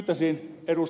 pyytäisin ed